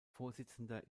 vorsitzender